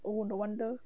oh no wonder